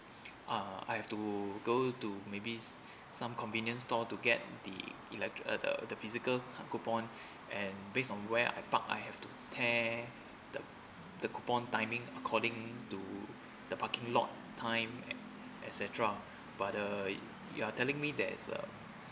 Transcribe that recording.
uh I have to go to maybe some convenience store to get the electric uh the the physical coupon and based on where I park I have to tear the the coupon timing according to the parking lot time et~ etcetera but uh you are telling me there's a